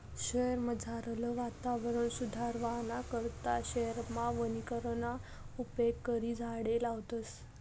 शयेरमझारलं वातावरण सुदरावाना करता शयेरमा वनीकरणना उपेग करी झाडें लावतस